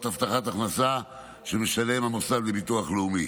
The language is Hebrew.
הבטחת הכנסה שמשלם המוסד לביטוח לאומי.